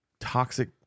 toxic